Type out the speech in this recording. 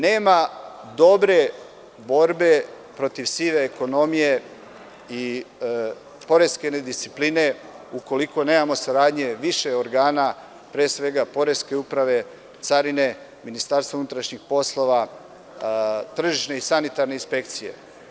Nema dobre borbe protiv sive ekonomije i poreske nediscipline ukoliko nemamo saradnju više organa, pre svega poreske uprave, carine, MUP-a, tržišne i sanitarne inspekcije.